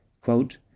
Quote